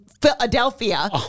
Philadelphia